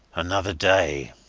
another day,